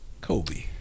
Kobe